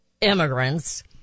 immigrants